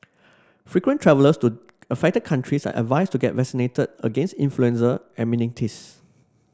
frequent travellers to affected countries are advised to get vaccinated against influenza and meningitis